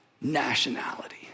nationality